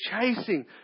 chasing